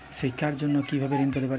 শিক্ষার জন্য কি ভাবে ঋণ পেতে পারি?